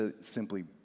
simply